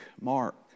Mark